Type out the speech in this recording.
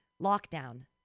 lockdown